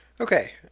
Okay